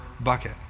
bucket